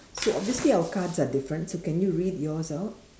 so obviously our cards are different so can you read yours out